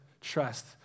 trust